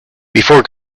before